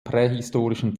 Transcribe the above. prähistorischen